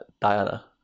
Diana